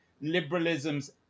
liberalism's